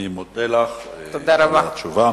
אני מודה לך על התשובה.